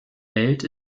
welt